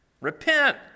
repent